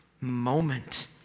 moment